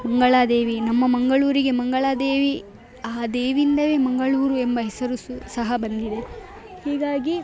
ಮಂಗಳಾದೇವಿ ನಮ್ಮ ಮಂಗಳೂರಿಗೆ ಮಂಗಳಾದೇವಿ ಆ ದೇವಿಯಿಂದಲೇ ಮಂಗಳೂರು ಎಂಬ ಹೆಸರು ಸು ಸಹ ಬಂದಿದೆ ಹೀಗಾಗಿ